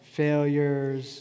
failures